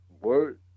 Word